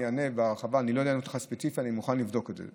אני לא יודע ספציפית, אני מוכן לבדוק את זה.